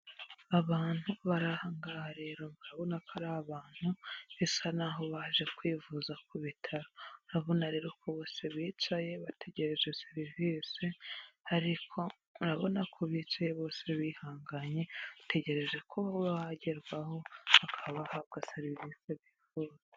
Abantu bari aha ngaha rero urabona ko ari abantu bisa naho baje kwivuza ku bitaro, urabona rero ko bose bicaye bategereje serivisi, ariko urabona ko bicaye bose bihanganye bategereje ko babagerwaho bakaba bahabwa serivisi bifuza.